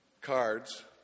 cards